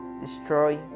destroy